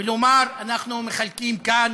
ולומר: אנחנו מחלקים כאן,